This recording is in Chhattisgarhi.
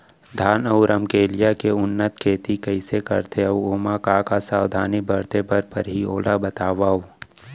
धान अऊ रमकेरिया के उन्नत खेती कइसे करथे अऊ ओमा का का सावधानी बरते बर परहि ओला बतावव?